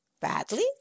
badly